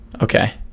okay